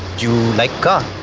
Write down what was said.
you like cars?